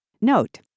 Note